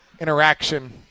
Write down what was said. interaction